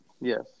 Yes